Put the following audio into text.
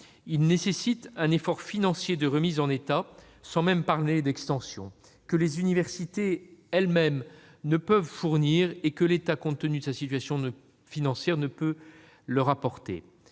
Il nécessite un effort financier de remise en état, sans même parler d'extension, un effort que les universités elles-mêmes ne peuvent fournir et que l'État, compte tenu de sa situation financière, ne peut supporter.